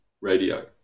radio